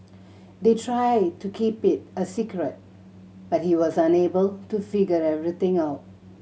they tried to keep it a secret but he was unable to figure everything out